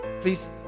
please